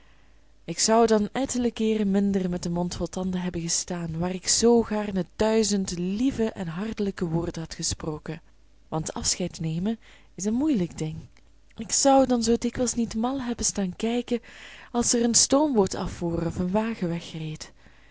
ik zou dan ettelijke keeren minder met den mond vol tanden hebben gestaan waar ik zoo gaarne duizend lieve en hartelijke woorden had gesproken want afscheidnemen is een moeielijk ding ik zou dan zoo dikwijls niet mal hebben staan kijken als er een stoomboot afvoer of een wagen wegreed